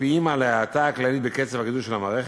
משפיעים על ההאטה הכללית בקצב הגידול של המערכת,